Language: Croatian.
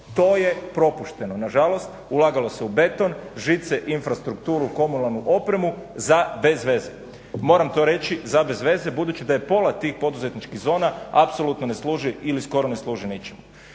To je propušteno. Nažalost ulagalo se u beton, žice, infrastrukturu, komunalnu opremu za bezveze. Moram to reći za bezveze budući da pola tih poduzetničkih zona apsolutno ne služi ili skoro ne služi ničemu.